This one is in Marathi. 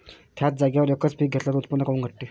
थ्याच जागेवर यकच पीक घेतलं त उत्पन्न काऊन घटते?